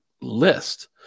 List